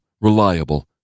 reliable